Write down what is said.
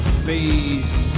space